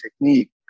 technique